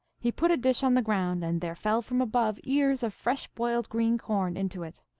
he put a dish on the ground, and there fell from above ears of fresh boiled green corn into it.